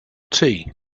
tea